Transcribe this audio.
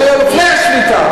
זה היה לפני השביתה.